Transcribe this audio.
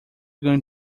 going